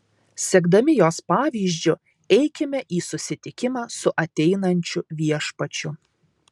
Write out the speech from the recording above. sekdami jos pavyzdžiu eikime į susitikimą su ateinančiu viešpačiu